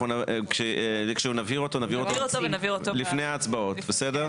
אנחנו נבהיר אותו לפני ההצבעות בסדר?